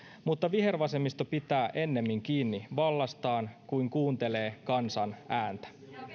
mutta vihervasemmisto pitää ennemmin kiinni vallastaan kuin kuuntelee kansan ääntä